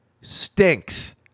stinks